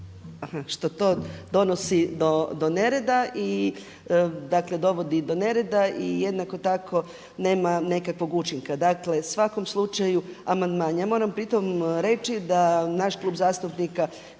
i dovodi do nereda i jednako tako nema nekakvog učinka. Dakle u svakom slučaju amandman. Ja moram pri tom reći da naš klub zastupnika HNS-HSU